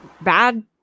bad